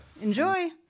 Enjoy